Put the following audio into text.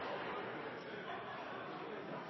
statsråd